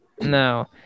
No